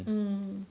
mm